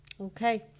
Okay